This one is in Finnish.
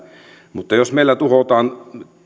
mutta jos meillä tuhotaan